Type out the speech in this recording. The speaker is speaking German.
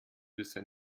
bisher